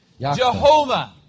Jehovah